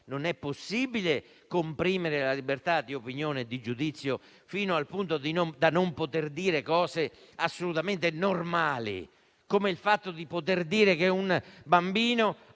Non è possibile comprimere la libertà di opinione e di giudizio, fino al punto di non poter dire cose assolutamente normali, come il fatto di poter dire che un bambino